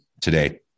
today